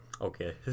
Okay